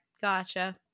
gotcha